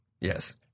Yes